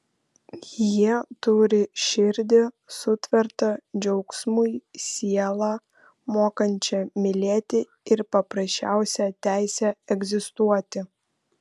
jie turi širdį sutvertą džiaugsmui sielą mokančią mylėti ir paprasčiausią teisę egzistuoti